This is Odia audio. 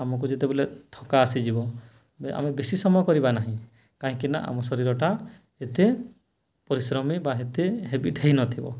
ଆମକୁ ଯେତେବେଳେ ଥକା ଆସିଯିବ ଆମେ ବେଶୀ ସମୟ କରିବା ନାହିଁ କାହିଁକିନା ଆମ ଶରୀରଟା ଏତେ ପରିଶ୍ରମି ବା ଏତେ ହାବିଟ୍ ହୋଇନଥିବ